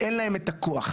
ואין להן את הכוח.